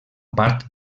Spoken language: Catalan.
part